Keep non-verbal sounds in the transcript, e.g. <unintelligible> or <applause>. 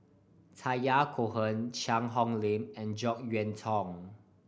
<unintelligible> Cohen Cheang Hong Lim and Jek Yeun Thong